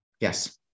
Yes